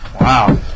Wow